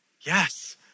Yes